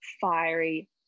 fiery